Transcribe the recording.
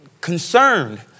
concerned